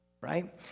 right